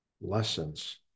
lessons